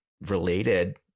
related